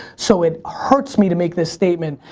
so it hurts me to make this statement.